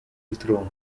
throne